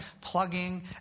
plugging